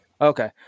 Okay